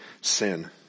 sin